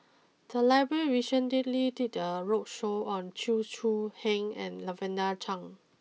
the library did a roadshow on Chew Choo Heng and Lavender Chang